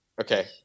Okay